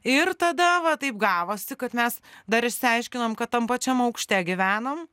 ir tada vat taip gavosi kad mes dar išsiaiškinom kad tam pačiam aukšte gyvenam